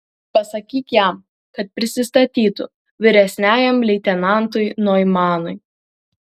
pasakyk jam kad prisistatytų vyresniajam leitenantui noimanui